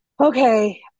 Okay